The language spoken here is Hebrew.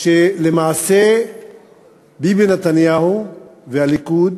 שלמעשה ביבי נתניהו והליכוד